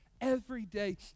everyday